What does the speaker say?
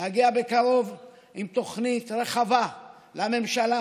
להגיע בקרוב עם תוכנית רחבה לממשלה,